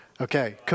Okay